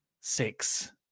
six